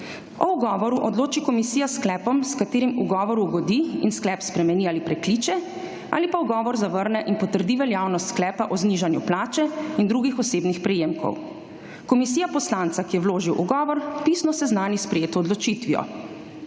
O ugovoru odloči komisija s sklepom, s katerim ugovoru ugodi in sklep spremeni ali prekliče ali pa ugovor zavrne in potrdi veljavnost sklepa o znižanju plače in drugih osebnih prejemkov. Komisija poslanca, ki je vložil ugovor, pisno seznani s sprejeto odločitvijo.